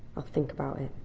i'll think about it.